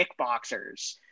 kickboxers